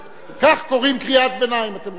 אז כך קוראים קריאת ביניים, אתם רואים.